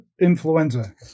influenza